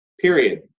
Period